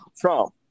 Trump